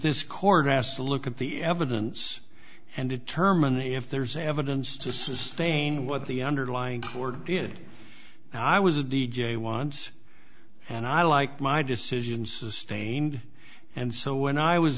this court has to look at the evidence and determine if there's evidence to sustain what the underlying court did and i was a d j once and i liked my decision sustained and so when i was